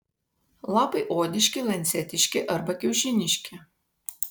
lapai odiški lancetiški arba kiaušiniški